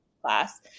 class